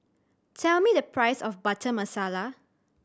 tell me the price of Butter Masala